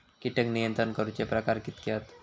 कीटक नियंत्रण करूचे प्रकार कितके हत?